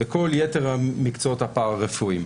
בכל יתר המקצועות הפרא רפואיים.